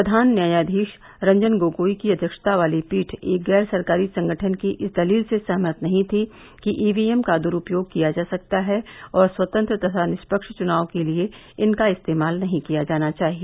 प्रधान न्यायधीश रंजन गोगोई की अव्यक्षता वाली पीठ एक गैर सरकारी संगठन की इस दलील से सहमत नहीं थी कि ईवीएम का द्रूपयोग किया जा सकता है और स्वतंत्र तथा निष्पक्ष चुनाव के लिए इनका इस्तेमाल नहीं किया जाना चाहिए